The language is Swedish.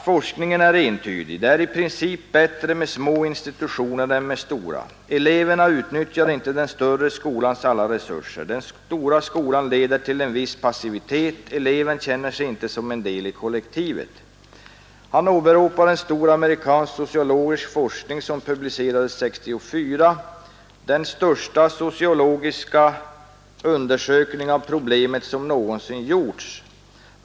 Forskningen är entydig: det är i princip bättre med små institutioner än med stora. Eleverna utnyttjar inte den större skolans resurser. Den stora skolan leder till en viss passivitet, eleven känner sig inte som en del i kollektivet. Det finns en stor amerikansk sociologisk forskning som publicerades 1964. Den största sociologiska undersökning av problemet som någonsin gjorts.